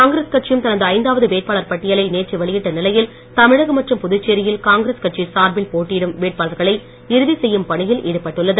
காங்கிரஸ் கட்சியும் தனது ஐந்தாவது வேட்பாளர் பட்டியலை நேற்று வெளியிட்ட நிலையில் தமிழகம் மற்றும் புதுச்சேரியில் காங்கிரஸ் கட்சி சார்பில் போட்டியிடும் வேட்பாளர்களை இறுதி செய்யும் பணியில் ஈடுபட்டுள்ளது